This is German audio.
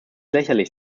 lächerlich